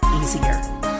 easier